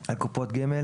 על קופות הגמל"